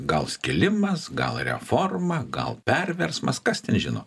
gal skilimas gal reforma gal perversmas kas ten žino